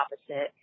opposite